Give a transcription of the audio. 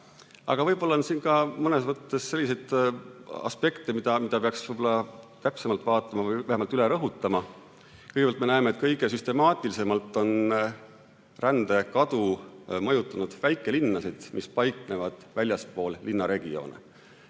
Aga võib-olla on siin ka mõnes mõttes selliseid aspekte, mida peaks täpsemalt vaatama või vähemalt üle rõhutama. Kõigepealt me näeme, et kõige süstemaatilisemalt on rändekadu mõjutanud väikelinnasid, mis paiknevad väljaspool linnaregioone.